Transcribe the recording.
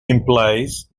implies